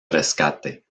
rescate